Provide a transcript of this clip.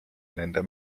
nende